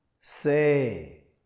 Say